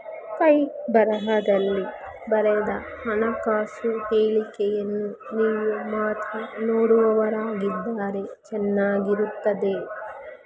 ಕೈ ಬರಹದಲ್ಲಿ ಬರೆದ ಹಣಕಾಸು ಹೇಳಿಕೆಯನ್ನು ನೀವು ಮಾತ್ರ ನೋಡುವವರಾಗಿದ್ದರೆ ಚೆನ್ನಾಗಿರುತ್ತದೆ